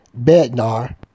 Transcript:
Bednar